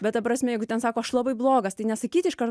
bet ta prasme jeigu ten sako aš labai blogas tai nesakyt iš karto